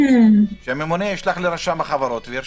שהממונה ישלח לרשם החברות וירשום.